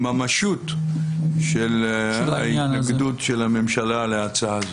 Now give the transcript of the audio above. בממשות של עניין ההתנגדות של הממשלה להצעה זו.